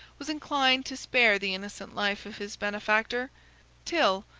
was inclined to spare the innocent life of his benefactor till,